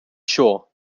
sure